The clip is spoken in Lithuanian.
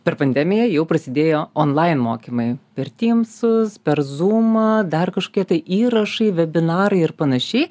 per pandemiją jau prasidėjo online mokymai per tymsus per zumą dar kažkokie įrašai vebinarai ir panašiai